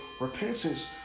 repentance